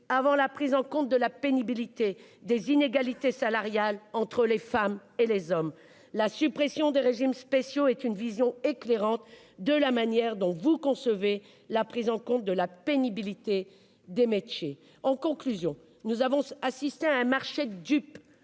avant la prise en compte de la pénibilité et des inégalités salariales entre les femmes et les hommes. La suppression des régimes spéciaux offre une vision éclairante de la manière dont vous concevez la prise en compte de la pénibilité des métiers. En conclusion, nous avons assisté à un marché de dupes